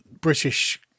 british